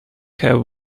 have